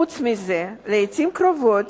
חוץ מזה, לעתים קרובות